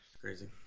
Crazy